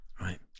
Right